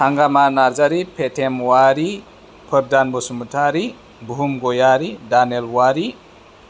हांगामा नार्जारि फेतेम औवारि फोरदान बसुमतारि बुहुम गयारि दानेल वारि